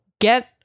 get